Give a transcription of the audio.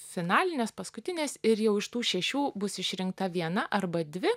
finalinės paskutinės ir jau iš tų šešių bus išrinkta viena arba dvi